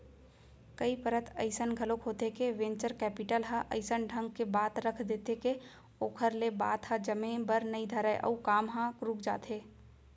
कई परत अइसन घलोक होथे के वेंचर कैपिटल ह अइसन ढंग के बात रख देथे के ओखर ले बात ह जमे बर नइ धरय अउ काम ह रुक जाथे